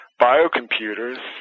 biocomputers